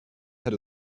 had